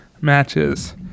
matches